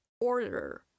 order